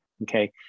Okay